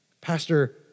Pastor